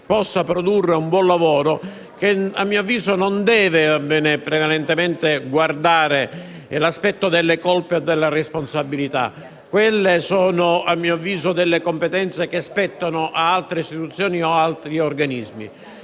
possa produrre un buon lavoro, che, a mio avviso, non deve guardare prevalentemente all'aspetto delle colpe o della responsabilità. Quelle sono competenze che spettano ad altre istituzioni o ad altri organismi.